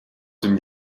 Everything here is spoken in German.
dem